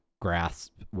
grasp